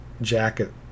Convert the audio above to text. jacket